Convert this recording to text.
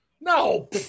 No